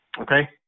Okay